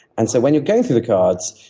and so when you're going through the cards,